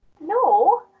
No